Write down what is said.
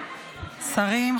שרים,